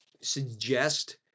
suggest